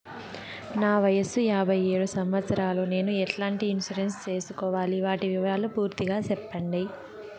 నా వయస్సు యాభై ఏడు సంవత్సరాలు నేను ఎట్లాంటి ఇన్సూరెన్సు సేసుకోవాలి? వాటి వివరాలు పూర్తి గా సెప్పండి?